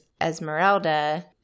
Esmeralda